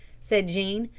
said jean.